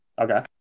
Okay